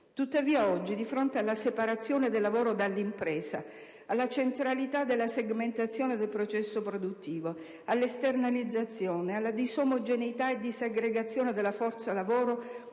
Tuttavia, oggi, di fronte alla separazione del lavoro dall'impresa, alla centralità della segmentazione del processo produttivo, all'esternalizzazione, alla disomogeneità e disaggregazione della forza lavoro,